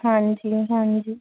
ਹਾਂਜੀ ਹਾਂਜੀ